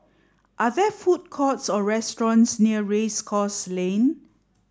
are there food courts or restaurants near Race Course Lane